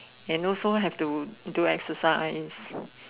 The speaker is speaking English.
and also have to do exercise